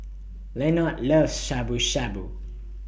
Lenord loves Shabu Shabu